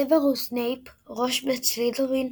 סוורוס סנייפ – ראש בית סלית'רין,